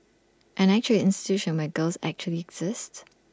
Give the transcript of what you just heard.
an actual institution where girls actually exist